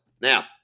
Now